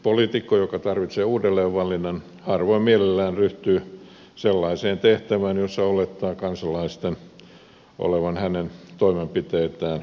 poliitikko joka tarvitsee uudelleenvalinnan harvoin mielellään ryhtyy sellaiseen tehtävään jossa olettaa että kansalaisilla on vastakkainen mielipide suhteessa hänen toimenpiteisiinsä